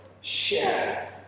Share